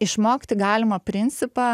išmokti galima principą